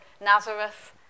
Nazareth